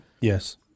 Yes